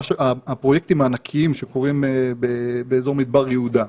הפרויקטים הענקיים שקורים באזור מדבר יהודה,